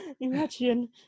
Imagine